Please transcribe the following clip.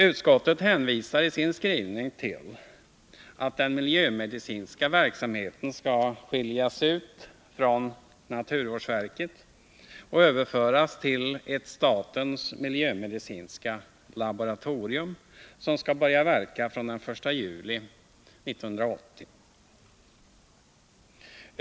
Utskottet hänvisar i sin skrivning till att den miljömedicinska verksamheten skall skiljas ut från naturvårdsverket och överföras till ett statens miljömedicinska laboratorium, som skall börja verka fr.o.m. den 1 juli 1980.